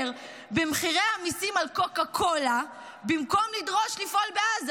במחירי המיסים על קוקה קולה במקום לדרוש לפעול בעזה?